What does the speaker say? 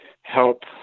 help